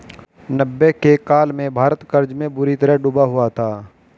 नब्बे के काल में भारत कर्ज में बुरी तरह डूबा हुआ था